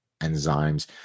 enzymes